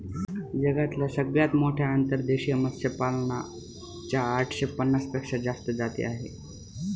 जगातल्या सगळ्यात मोठ्या अंतर्देशीय मत्स्यपालना च्या आठशे पन्नास पेक्षा जास्त जाती आहे